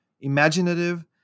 imaginative